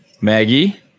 Maggie